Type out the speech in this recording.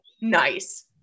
Nice